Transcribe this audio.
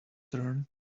turn